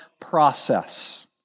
process